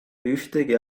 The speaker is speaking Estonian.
ühtegi